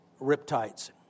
riptides